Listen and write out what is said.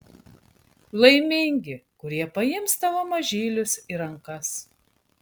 laimingi kurie paims tavo mažylius į rankas